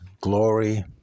glory